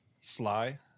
Sly